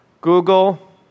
Google